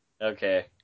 Okay